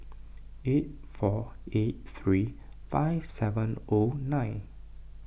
eight four eight three five seven O nine